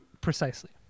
Precisely